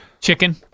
chicken